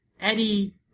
Eddie